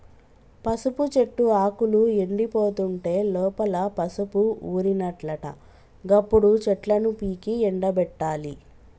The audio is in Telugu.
పసుపు చెట్టు ఆకులు ఎండిపోతుంటే లోపల పసుపు ఊరినట్లట గప్పుడు చెట్లను పీకి ఎండపెట్టాలి